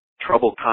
trouble